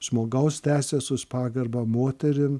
žmogaus teises už pagarbą moterim